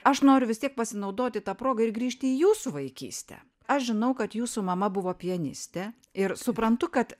aš noriu vis tiek pasinaudoti ta proga ir grįžti į jūsų vaikystę aš žinau kad jūsų mama buvo pianistė ir suprantu kad